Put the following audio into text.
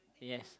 yes